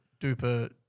duper